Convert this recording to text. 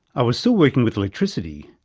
i was still working with electricity,